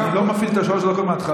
אני לא מפעיל על שלוש דקות מההתחלה,